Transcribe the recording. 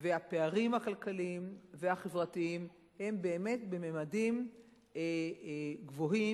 והפערים הכלכליים והחברתיים הם באמת בממדים גדולים,